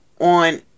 on